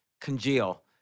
congeal